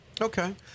Okay